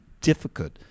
difficult